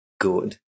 good